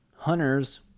hunters